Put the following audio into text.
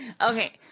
Okay